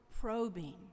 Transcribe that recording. probing